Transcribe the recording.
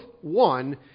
one